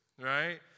right